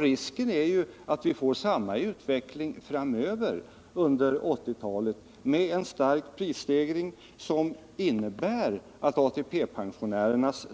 Risken är att vi får samma utveckling framöver under 1980-talet med en stark prisstegring, som innebär att ATP-pensionärernas